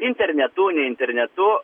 internetu ne internetu